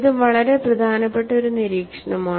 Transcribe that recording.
ഇത് വളരെ പ്രധാനപ്പെട്ട ഒരു നിരീക്ഷണമാണ്